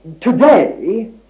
today